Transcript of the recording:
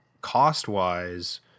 cost-wise